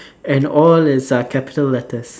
and all is uh capital letters